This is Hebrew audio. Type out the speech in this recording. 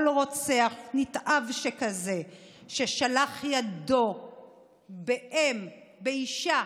כל רוצח נתעב שכזה, ששלח ידו באם, באישה,